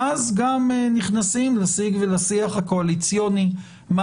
ואז גם נכנסים לשיח הקואליציוני לגבי